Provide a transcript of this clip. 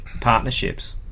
partnerships